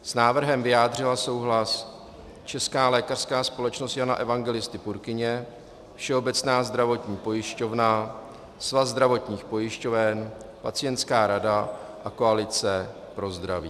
S návrhem vyjádřila souhlas Česká lékařská společnost Jana Evangelisty Purkyně, Všeobecná zdravotní pojišťovna, Svaz zdravotních pojišťoven, Pacientská rada a Koalice pro zdraví.